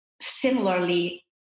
similarly